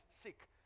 sick